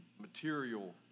material